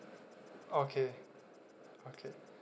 okay okay